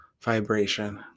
vibration